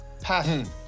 Passing